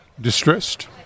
Distressed